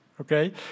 okay